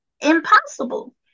impossible